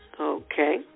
Okay